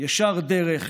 ישר דרך,